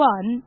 One